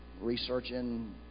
researching